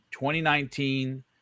2019